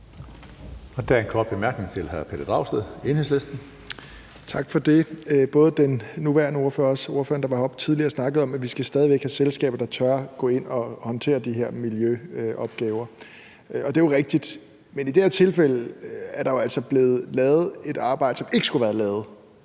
Der er en kort bemærkning til hr. Pelle Dragsted, Enhedslisten. Kl. 18:27 Pelle Dragsted (EL): Tak for det. Både den nuværende ordfører og også den ordfører, der var heroppe tidligere, snakkede om, at vi stadig væk skal have selskaber, der tør gå ind og håndtere de her miljøopgaver – og det er jo rigtigt. Men i det her tilfælde er der jo altså blevet lavet et arbejde, som ikke skulle være lavet.